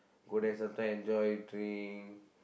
go there sometimes enjoy drink